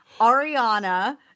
Ariana